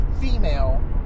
female